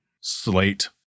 slate